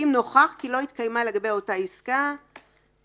אם נוכח כי לא התקיימה לגבי אותה עסקה הונאה,